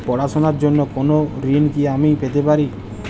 পড়াশোনা র জন্য কোনো ঋণ কি আমি পেতে পারি?